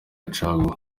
caguwa